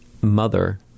mother